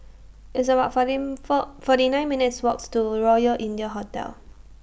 It's about forty four forty nine minutes' Walk to Royal India Hotel